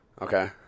Okay